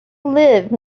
live